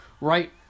right